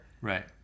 Right